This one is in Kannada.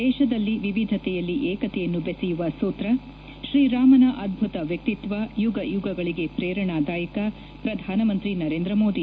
ದೇಶದಲ್ಲಿ ವಿವಿಧತೆಯಲ್ಲಿ ಏಕತೆಯನ್ನು ಬೆಸೆಯುವ ಸೂತ್ರ ಶ್ರೀರಾಮನ ಅದ್ಭುತ ವ್ಯಕ್ತಿತ್ನ ಯುಗ ಯುಗಗಳಿಗೆ ಪ್ರೇರಣಾದಾಯಕ ಪ್ರಧಾನಮಂತ್ರಿ ನರೇಂದ್ರ ಮೋದಿ